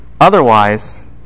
Otherwise